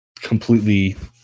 completely